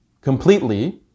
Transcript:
completely